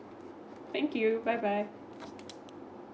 thank you bye bye